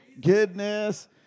goodness